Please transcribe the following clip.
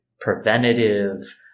preventative